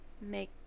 Make